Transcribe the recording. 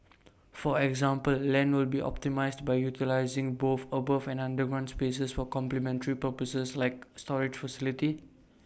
for example land will be optimised by utilising both above and underground spaces for complementary purposes like storage facilities